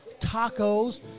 tacos